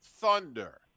Thunder